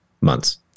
months